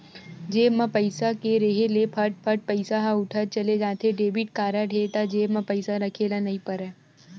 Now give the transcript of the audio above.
जेब म पइसा के रेहे ले फट फट पइसा ह उठत चले जाथे, डेबिट कारड हे त जेब म पइसा राखे ल नइ परय